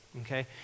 okay